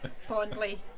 fondly